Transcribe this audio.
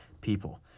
people